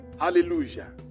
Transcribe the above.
Hallelujah